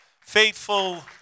faithful